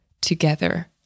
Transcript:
together